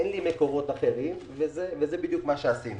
אין לי מקורות אחרים וזה בדיוק מה שעשינו.